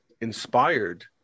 inspired